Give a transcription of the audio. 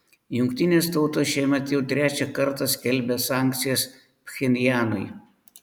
jungtinės tautos šiemet jau trečią kartą skelbia sankcijas pchenjanui